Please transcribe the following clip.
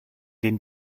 den